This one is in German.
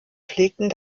pflegten